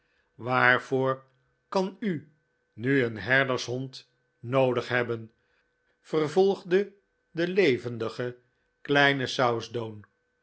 waarvoor kan u nu een herdershond noodig hebben vcrvolgde de levendige kleine